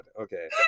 Okay